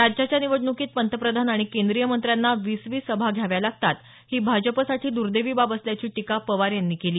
राज्याच्या निवडणूकीत पंतप्रधान आणि केंद्रीय मंत्र्यांना वीस वीस सभा घ्याव्या लागतात ही भाजपासाठी दुर्दैवी बाब असल्याची टीका पवार यांनी केली